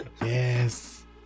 Yes